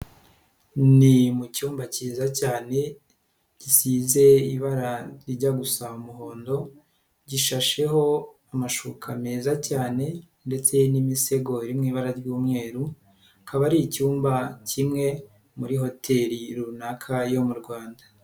Ni mu cyumba cyiza cyane giisize ibara rijya gusaba umuhondo gishasheho amashuka meza cyane ndetse n'imisego iri mu ibara ry'umweru akaba ari icyumba kimwe muri hoteri runaka yo mu Rwanda.